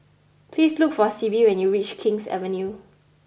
please look for Sibbie when you reach King's Avenue